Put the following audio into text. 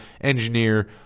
engineer